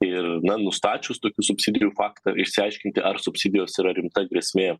ir na nustačius tokių subsidijų faktą išsiaiškinti ar subsidijos yra rimta grėsmė